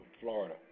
Florida